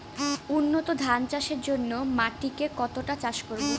উন্নত ধান চাষের জন্য মাটিকে কতটা চাষ করব?